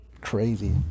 crazy